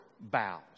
bows